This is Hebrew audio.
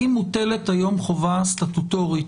האם מוטלת היום חובה סטטוטורית?